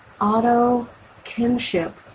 auto-kinship